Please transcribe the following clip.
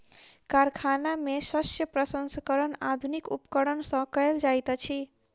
कारखाना में शस्य प्रसंस्करण आधुनिक उपकरण सॅ कयल जाइत अछि